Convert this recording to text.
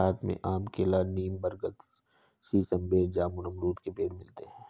भारत में आम केला नीम बरगद सीसम बेर जामुन अमरुद के पेड़ मिलते है